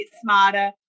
smarter